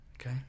Okay